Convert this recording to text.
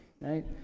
Right